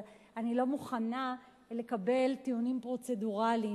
אבל אני לא מוכנה לקבל טיעונים פרוצדורליים.